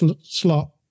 slot